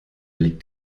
liegt